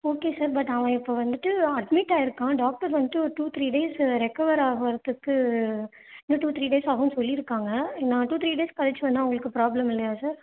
okay sir but அவன் இப்போ வந்துட்டு அட்மிட் ஆகிருக்கான் டாக்டர்ஸ் வந்துட்டு ஒரு டூ த்ரீ டேஸ் ரெக்கவர் ஆகிறத்துக்கு இன்னும் டூ த்ரீ ஆகுன்னு சொல்லியிருக்காங்க நான் டூ த்ரீ டேஸ் கழித்து வேணால் உங்களுக்கு ப்ராப்ளம் இல்லையா சார்